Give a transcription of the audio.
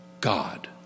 God